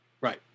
Right